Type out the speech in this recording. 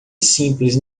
simples